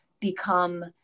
become